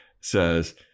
says